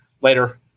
Later